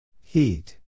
Heat